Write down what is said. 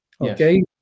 okay